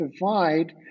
divide